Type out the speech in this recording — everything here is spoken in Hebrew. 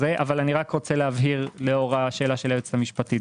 אני רוצה להבהיר לאור שאלת היועצת המשפטטית.